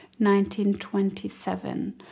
1927